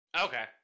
okay